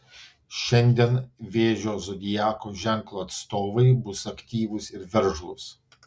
šiandien vėžio zodiako ženklo atstovai bus aktyvūs ir veržlūs